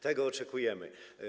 Tego oczekujemy.